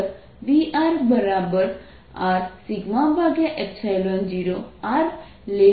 Vr14π04πR2rR20r r ≥ R તેથી અંદર VrRσ0 r ≤ R છે